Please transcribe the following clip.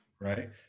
Right